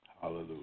Hallelujah